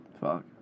Fuck